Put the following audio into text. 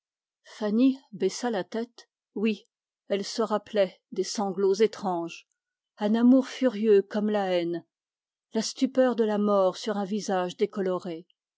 baissa la tête elle se rappelait des sanglots étranges un amour furieux comme la haine la stupeur de la mort sur un visage décoloré